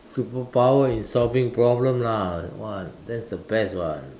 superpower in solving problem lah that one that's the best one